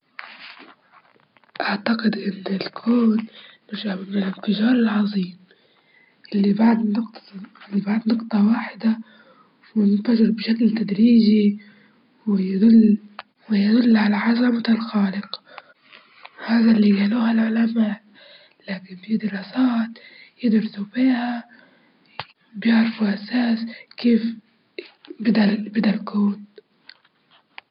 أعتقد إننا لازم نحل مشاكل الارض أولا، لإن الإنسان يحتاج العناية والموارد على كوكبنا، جبل ما ننتجلوا طبعا للفضاء، أكيد مشاكل الأرض كل الناس وكل البلدان بتساهم في حلها وكل الجهود الذاتية بتدعم ذلك.